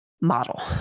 model